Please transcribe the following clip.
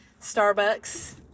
Starbucks